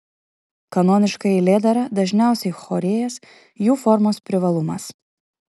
kanoniška eilėdara dažniausiai chorėjas jų formos privalumas